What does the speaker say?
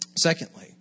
Secondly